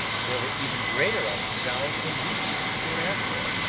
there were even greater ups and downs than these, soon after.